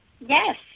Yes